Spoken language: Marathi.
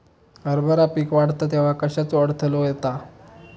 हरभरा पीक वाढता तेव्हा कश्याचो अडथलो येता?